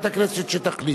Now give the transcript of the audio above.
לוועדת הכנסת שתחליט.